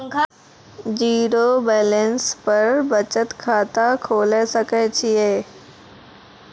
Zero balance पर बचत खाता खोले सकय छियै?